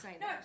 No